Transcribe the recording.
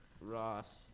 Ross